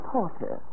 Porter